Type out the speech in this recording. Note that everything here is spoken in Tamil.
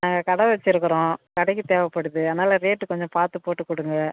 ஆ கடை வச்சிருக்கறோம் கடைக்கு தேவைப்படுது அதனால் ரேட்டு கொஞ்சம் பார்த்து போட்டுக் கொடுங்க